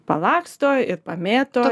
palaksto ir pamėto